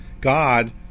God